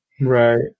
Right